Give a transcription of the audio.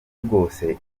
rwose